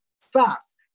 fast